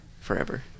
forever